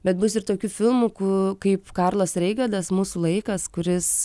bet bus ir tokių filmų ku kaip karlas reigadas mūsų laikas kuris